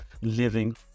living